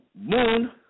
moon